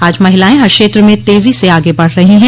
आज महिलाए हर क्षेत्र में तेजी से आगे बढ़ रही हैं